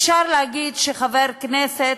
אפשר להגיד שחבר כנסת,